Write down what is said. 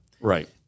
Right